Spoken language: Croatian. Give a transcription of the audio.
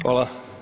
Hvala.